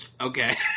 Okay